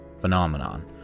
phenomenon